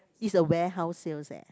is a warehouse sales eh